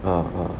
呵